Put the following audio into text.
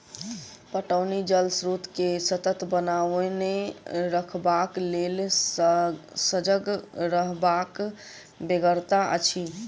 पटौनी जल स्रोत के सतत बनओने रखबाक लेल सजग रहबाक बेगरता अछि